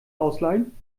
ausleihen